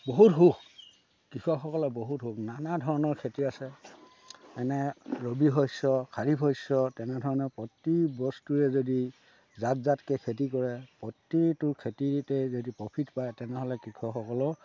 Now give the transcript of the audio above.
বহুত সুখ কৃষকসকলৰ বহুত সুখ নানা ধৰণৰ খেতি আছে মানে ৰবি শস্য খাৰিফ শস্য তেনেধৰণে প্ৰতি বস্তুৱে যদি জাত জাতকৈ খেতি কৰে প্ৰতিটো খেতিতে যদি প্ৰফিট পায় তেনেহ'লে কৃষকসকলৰ